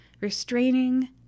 restraining